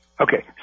Okay